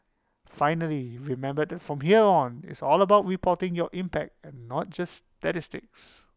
finally remember that from here on it's all about reporting your impact and not just statistics